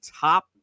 top